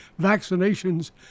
vaccinations